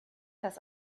das